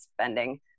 spending